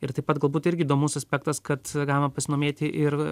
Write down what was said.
ir taip pat galbūt irgi įdomus aspektas kad galima pasidomėti ir